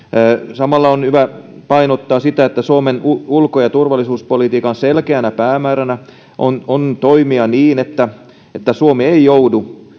samalla on hyvä painottaa sitä että suomen ulko ja turvallisuuspolitiikan selkeänä päämääränä on on toimia niin että että suomi ei joudu